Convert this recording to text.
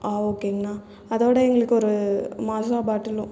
ஆ ஓகேங்கணா அதோட எங்களுக்கு ஒரு மாஸா பாட்டலும்